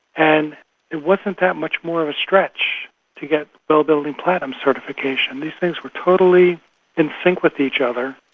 and it wasn't that much more of a stretch to get well building platinum certification. these things were totally in sync with each other.